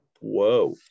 whoa